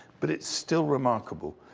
but it's still remarkable.